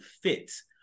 fits